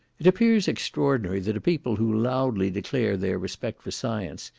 it appears extraordinary that a people who loudly declare their respect for science,